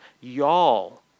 y'all